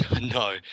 no